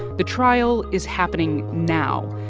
the trial is happening now.